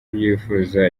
yifuza